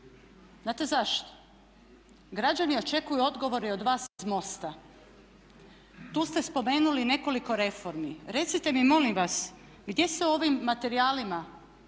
Znate zašto? Građani očekuju odgovore i od vas iz MOST-a. Tu ste spomenuli nekoliko reformi, recite mi molim vas gdje se ovim materijalima